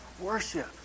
worship